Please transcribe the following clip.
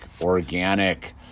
organic